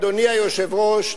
אדוני היושב-ראש,